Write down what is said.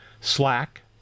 Slack